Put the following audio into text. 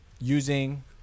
using